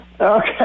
Okay